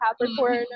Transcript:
Capricorn